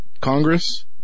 Congress